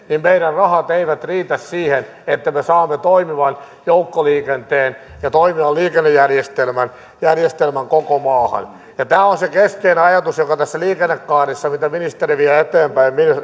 niin meidän rahamme eivät riitä siihen että me saamme toimivan joukkoliikenteen ja toimivan liikennejärjestelmän koko maahan ja tämä on se keskeinen ajatus joka tässä liikennekaaressa mitä ministeri vie eteenpäin